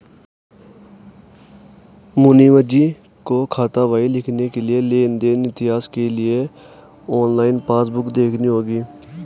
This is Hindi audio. मुनीमजी को खातावाही लिखने के लिए लेन देन इतिहास के लिए ऑनलाइन पासबुक देखनी होगी